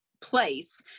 place